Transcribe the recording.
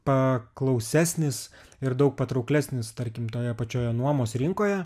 paklausesnis ir daug patrauklesnis tarkim toje pačioje nuomos rinkoje